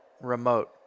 remote